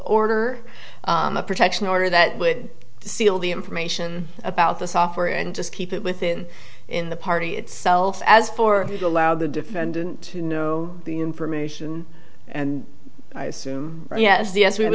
order a protection order that would seal the information about the software and just keep it within in the party itself as for you to allow the defendant to know the information and assume yes yes we